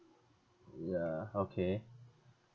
ya okay